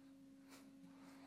כולם.